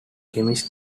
chemist